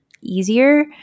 easier